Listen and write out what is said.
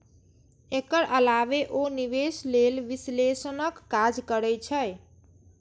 एकर अलावे ओ निवेश लेल विश्लेषणक काज करै छै